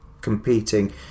competing